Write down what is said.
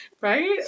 right